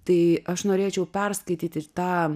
tai aš norėčiau perskaityti tą